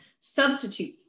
substitute